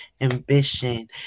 ambition